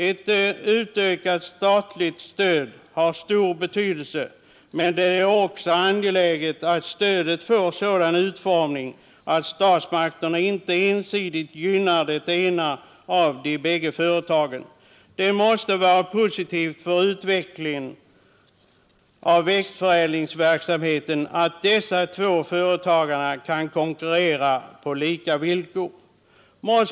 Ett ökat statligt stöd har stor betydelse, men det är också angeläget att stödet får en sådan utformning att statsmakterna inte ensidigt gynnar det ena av de bägge företagen. Det måste vara positivt för utvecklingen av växtförädlingsverksamheten att dessa två företagare kan konkurrera på lika villkor.